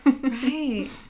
Right